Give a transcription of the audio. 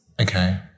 Okay